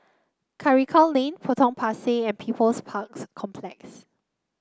Karikal Lane Potong Pasir and People's Park Complex